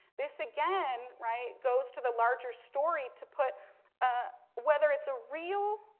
this again, right, goes to the larger story to put ah whether it's a real